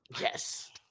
Yes